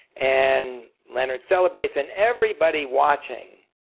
and leonard celebrates and everybody watching